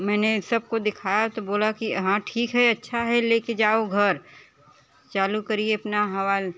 मैंने सब को दिखाया तो बोल की हाँ ठीक है अच्छा है ले के जाओ घर चालू करिए अपना हवा